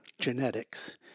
Genetics